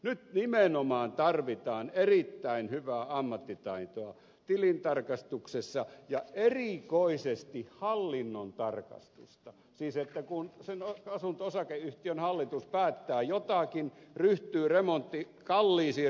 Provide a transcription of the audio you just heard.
nyt nimenomaan tarvitaan erittäin hyvää ammattitaitoa tilintarkastuksessa ja erikoisesti hallinnon tarkastusta siis kun sen asunto osakeyhtiön hallitus päättää jotakin ryhtyy kalliisiin remonttihommiin jnp